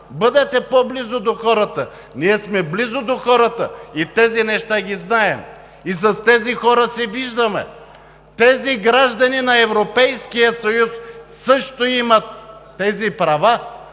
Бъдете по-близо до хората. Ние сме близо до хората. Тези неща ги знаем. С тези хора се виждаме. Тези граждани на Европейския съюз също имат тези права,